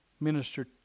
minister